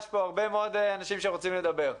יש פה הרבה מאוד אנשים שרוצים לדבר.